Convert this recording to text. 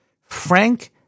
Frank